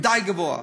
גבוה מדי,